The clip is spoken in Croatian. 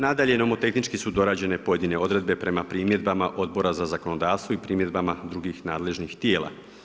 Nadalje, nomotehnički su dorađene pojedine odredbe prema primjedbama Odbora za zakonodavstvo i primjedbama drugih nadležnih tijela.